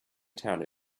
town